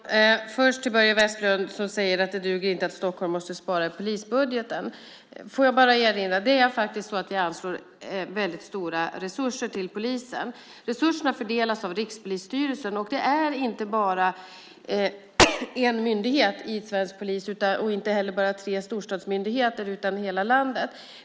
Herr talman! Jag vill först vända mig till Börje Vestlund, som säger att det inte duger att Stockholm måste spara i polisbudgeten. Jag vill bara erinra om att det faktiskt är så att vi anslår väldigt stora resurser till polisen. Resurserna fördelas av Rikspolisstyrelsen. Det finns inte bara en myndighet inom svensk polis och inte heller bara tre storstadsmyndigheter, utan det finns i hela landet.